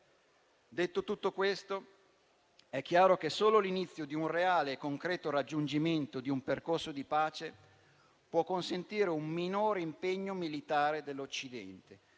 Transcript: Detto tutto questo, è chiaro che solo l'inizio di un reale e concreto raggiungimento di un percorso di pace può consentire un minore impegno militare dell'Occidente.